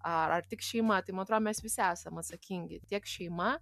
ar ar tik šeima tai man atrodo mes visi esam atsakingi tiek šeima